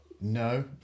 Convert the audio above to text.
No